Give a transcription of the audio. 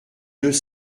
deux